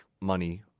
money